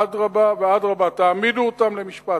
אדרבה ואדרבה, תעמידו אותם למשפט.